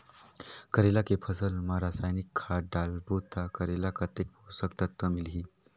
करेला के फसल मा रसायनिक खाद डालबो ता करेला कतेक पोषक तत्व मिलही?